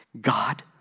God